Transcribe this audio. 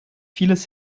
vieles